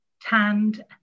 tanned